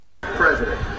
President